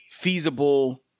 Feasible